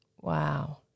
Wow